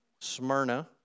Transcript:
Smyrna